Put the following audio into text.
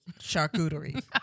charcuterie